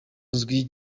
uzwi